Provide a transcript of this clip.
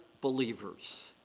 believers